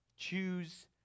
Choose